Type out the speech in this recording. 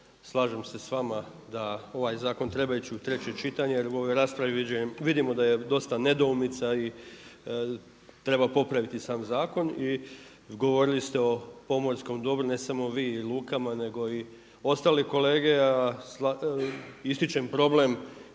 slažem se s vama da ovaj zakon treba ići u treće čitanje jer u ovoj raspravi vidimo da je dosta nedoumica i treba popraviti sam zakon. I govorili ste o pomorskom dobru, ne samo vi i lukama nego i ostali kolege, a ističem problem